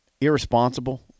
irresponsible